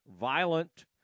violent